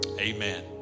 amen